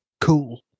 cool